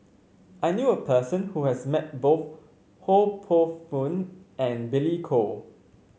I knew a person who has met both Ho Poh Fun and Billy Koh